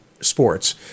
sports